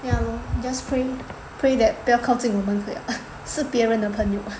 ya lor just pray pray that 不要靠近我们就可以了是别人的朋友